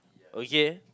okay